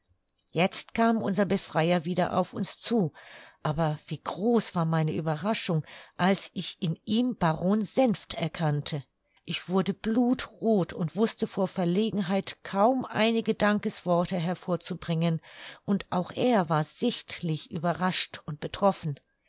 jetzt kam unser befreier wieder auf uns zu aber wie groß war meine ueberraschung als ich in ihm baron senft erkannte ich wurde blutroth und wußte vor verlegenheit kaum einige dankesworte hervorzubringen und auch er war sichtlich überrascht und betroffen